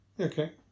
Okay